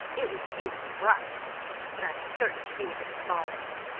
it was eunice brice but i'm certain she was at the bottom of it,